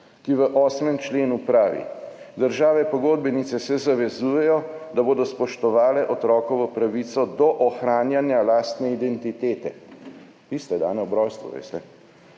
ki v 8. členu pravi: »Države pogodbenice se zavezujejo, da bodo spoštovale otrokovo pravico do ohranjanja lastne identitete,« tiste, dane ob rojstvu, veste,